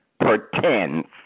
pretends